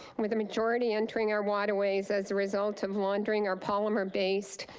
with the majority entering our waterways as a result of laundering our polymer based,